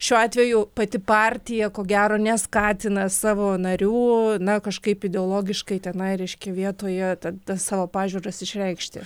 šiuo atveju pati partija ko gero neskatina savo narių na kažkaip ideologiškai tenai reiškia vietoje tad savo pažiūras išreikšti